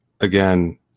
Again